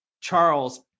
Charles